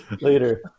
Later